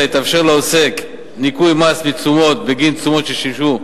יתאפשר לעוסק ניכוי מס תשומות בגין תשומות ששימשו בעסק,